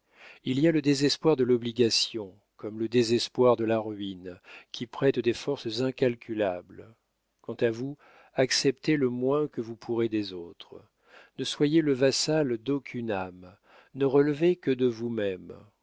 il y a le désespoir de l'obligation comme le désespoir de la ruine qui prête des forces incalculables quant à vous acceptez le moins que vous pourrez des autres ne soyez le vassal d'aucune âme ne relevez que de vous-même